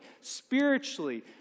spiritually